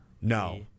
No